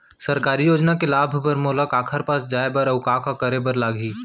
सरकारी योजना के लाभ बर मोला काखर पास जाए बर अऊ का का करे बर लागही?